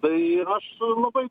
tai ir aš labai